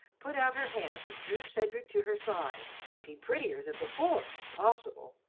put out her hand and drew cedric to her side, looking prettier than before, if possible.